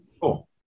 cool